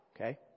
Okay